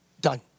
Done